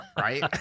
right